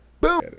Boom